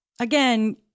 Again